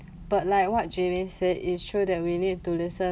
but like what jamie said it's true that we need to listen